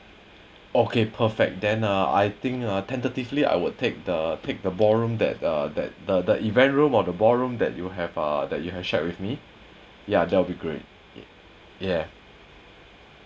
okay perfect then uh I think uh tentatively I would take the take the ballroom that uh that the the event room or the ball room that you have uh that you have shared with me ya that will be great yeah